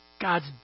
God's